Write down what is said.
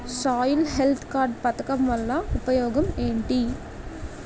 Soil health card పథకం వల్ల ఉపయోగం ఏంటి?